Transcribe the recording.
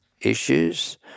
issues